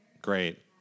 Great